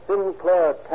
Sinclair